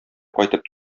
кайтып